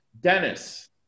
Dennis